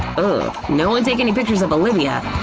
ooh, no one take any pictures of olivia!